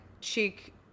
cheek